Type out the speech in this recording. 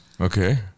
Okay